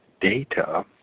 data